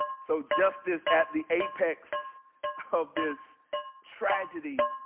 so justice at the apex of this tragedy,